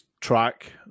track